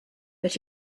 but